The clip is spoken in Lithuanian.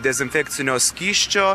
dezinfekcinio skysčio